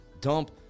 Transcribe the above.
dump